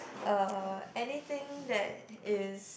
uh anything that is